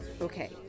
Okay